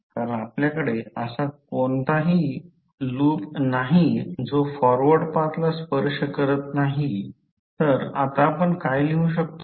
कारण आपल्याकडे असा कोणताही लूप नाही जो फॉरवर्ड पाथला स्पर्श करत नाहीत तर आता आपण काय करू शकतो